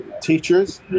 teachers